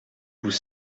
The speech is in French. vous